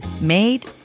made